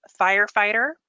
firefighter